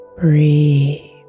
Breathe